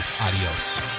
Adios